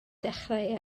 dechrau